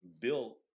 built